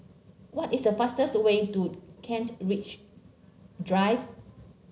what is the fastest way to Kent Ridge Drive